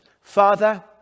Father